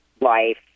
life